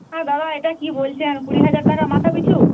হ্যাঁ দাদা এটা কী বলছেন কুড়ি হাজার টাকা মাথাপিছু